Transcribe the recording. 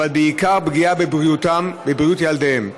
אבל בעיקר פגיעה בבריאותם ובבריאות ילדיהם.